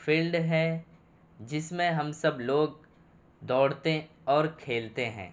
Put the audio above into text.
field ہے جس میں ہم سب لوگ دوڑتے اور کھیلتے ہیں